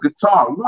guitar